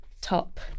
top